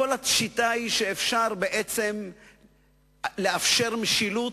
כל השיטה היא בעצם לאפשר משילות.